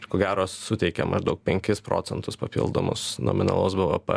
ir ko gero suteikia maždaug penkis procentus papildomus nominalaus bvp